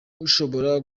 ushobora